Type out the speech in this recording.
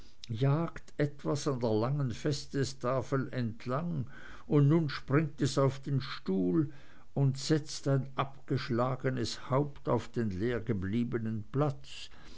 jagt etwas an der langen festtafel entlang und nun springt es auf den stuhl und setzt ein abgeschlagenes haupt auf den leergebliebenen platz